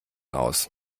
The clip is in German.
aus